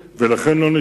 או בעוטף-עזה כולה,